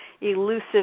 elusive